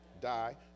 die